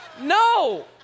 No